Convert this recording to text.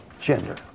gender